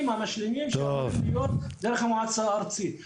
המשלימים שאמורים להיות דרך המועצה הארצית.